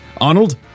Arnold